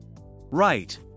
Right